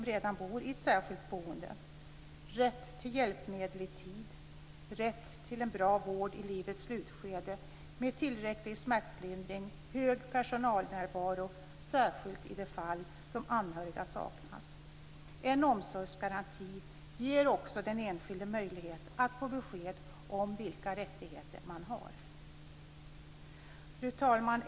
· Rätt till en bra vård i livets slutskede med tillräcklig smärtlindring och hög personalnärvaro, särskilt i de fall där anhöriga saknas. En omsorgsgaranti ger också den enskilde möjlighet att få besked om vilka rättigheter man har. Fru talman!